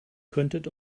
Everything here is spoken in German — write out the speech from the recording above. könntet